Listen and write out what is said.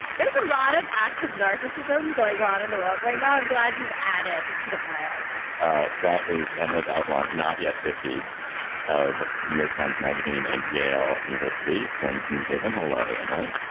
there's a lot of acts of narcissism going on in the world right now. i'm glad you've added to the pile ah that is emily bazelon. not yet. fifty of new york times magazine and yale university joining from new haven. hello, emily